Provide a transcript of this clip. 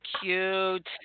cute